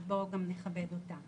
אז בואו גם נכבד אותם.